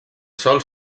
sol